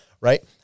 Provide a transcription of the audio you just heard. right